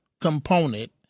component